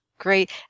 great